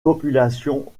populations